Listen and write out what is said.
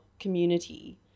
community